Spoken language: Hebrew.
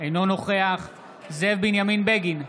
אינו נוכח זאב בנימין בגין,